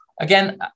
again